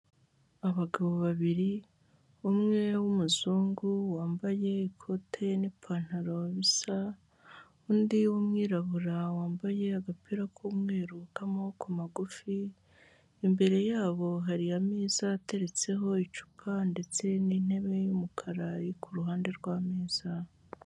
Abagabo babiri ,umwe w'umuzungu wambaye ikote n'ipantaro bisa, undi w'umwirabura wambaye agapira k'umweru k'amaboko magufi, imbere yabo hari ameza ateretseho icupa ndetse n'intebe y'umukara ari ku ruhande rw'ameza.